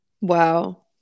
Wow